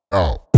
out